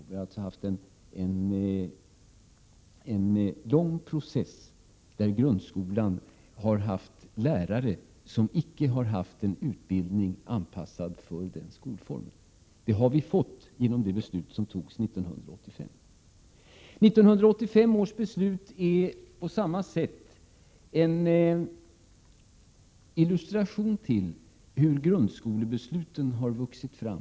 Vi har alltså haft en lång process där grundskolan har haft lärare som icke har haft en utbildning anpassad för den skolform de har arbetat i. Genom det beslut som fattades 1985 har vi nu fått en anpassad utbildning. 1985 års beslut illustrerar hur besluten för grundskolan har vuxit fram.